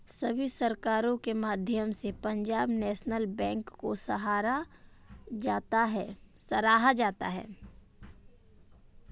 सभी सरकारों के माध्यम से पंजाब नैशनल बैंक को सराहा जाता रहा है